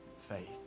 faith